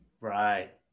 Right